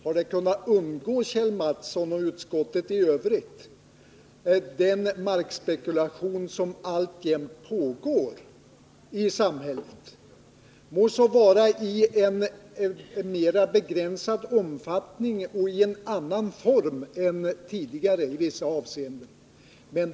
Har Kjell Mattsson och utskottet i övrigt kunnat undgå att lägga märke till den markspekulation som alltjämt pågår i samhället, må så vara i en mera begränsad omfattning och i en annan form än tidigare i vissa avseenden?